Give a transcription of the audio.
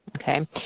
Okay